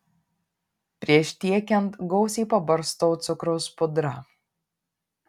prieš tiekiant gausiai pabarstau cukraus pudra